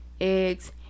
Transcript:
Eggs